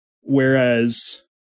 Whereas